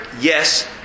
Yes